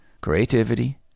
creativity